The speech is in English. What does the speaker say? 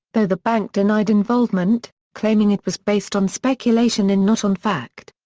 though the bank denied involvement, claiming it was based on speculation and not on fact.